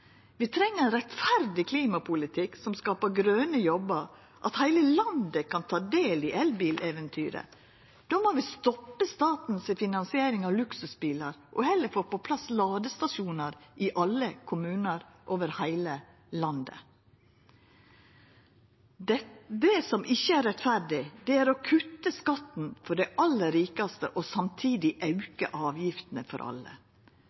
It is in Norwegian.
Vi treng ein rettferdig klimapolitikk som skapar grøne jobbar, at heile landet kan ta del i elbileventyret. Då må vi stoppa staten si finansiering av luksusbilar og heller få på plass ladestasjonar i alle kommunar over heile landet. Det som ikkje er rettferdig, er å kutta skatten for dei aller rikaste og samtidig auka avgiftene for alle.